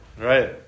Right